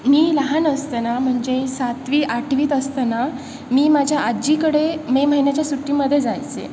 मी लहान असताना म्हणजे सातवी आठवीत असताना मी माझ्या आजीकडे मे महिन्याच्या सुट्टीमध्ये जायचे